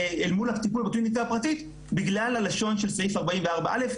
הטיפול בקליניקה הפרטית בגלל הלשון של סעיף 44.א,